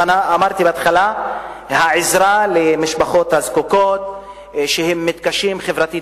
העזרה למשפחות הזקוקות שהן מתקשות חברתית-כלכלית.